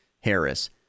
Harris